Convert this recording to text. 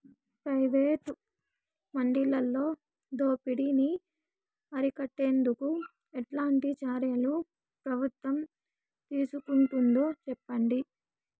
Private మండీలలో దోపిడీ ని అరికట్టేందుకు ఎట్లాంటి చర్యలు ప్రభుత్వం తీసుకుంటుందో చెప్పండి?